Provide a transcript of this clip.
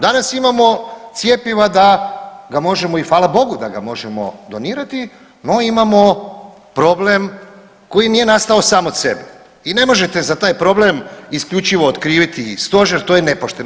Danas imamo cjepiva da ga možemo i hvala Bogu da ga možemo donirati, no imamo problem koji nije nastao sam od sebe i ne možete za taj problem isključivo okriviti i stožer, to je nepošteno.